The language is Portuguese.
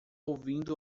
ouvindo